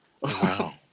Wow